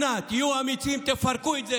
אנא, היו אמיצים ופרקו את זה.